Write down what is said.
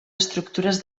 estructures